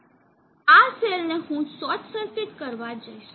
આ સેલને હું શોર્ટ સર્કિટ કરવા જઇશ